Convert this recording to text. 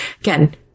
Again